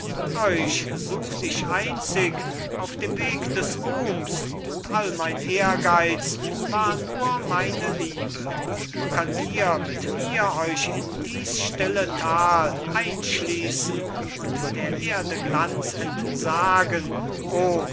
euch sucht ich einzig auf dem weg des ruhms und all mein ehrgeiz war nur meine liebe könnt ihr mit mir euch in dies stille tal einschliessen und der erde glanz entsagen